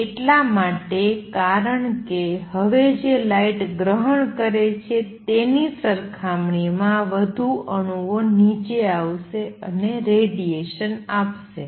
તે એટલા માટે કારણ કે હવે જે લાઇટ ગ્રહણ કરે છે તેની સરખામણી માં વધુ અણુઓ નીચે આવશે અને રેડિયેશન આપશે